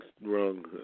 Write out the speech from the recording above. wrong